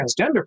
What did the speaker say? transgender